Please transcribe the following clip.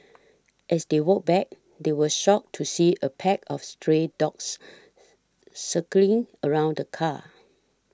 as they walked back they were shocked to see a pack of stray dogs circling around the car